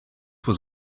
was